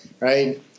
Right